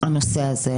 הנושא הזה.